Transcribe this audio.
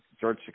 George